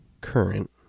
current